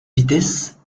vitesse